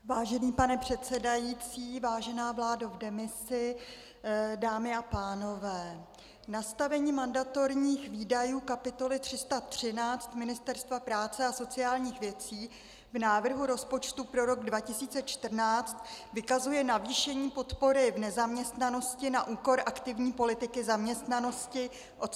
Vážený pane předsedající, vážená vládo v demisi, dámy a pánové, nastavení mandatorních výdajů kapitoly 313 Ministerstva práce a sociálních věcí v návrhu rozpočtu pro rok 2014 vykazuje navýšení podpory v nezaměstnanosti na úkor aktivní politiky zaměstnanosti o cca 90 mil.